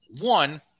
One